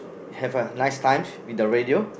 have a nice time with the radio